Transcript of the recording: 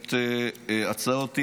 את הצעות האי-אמון.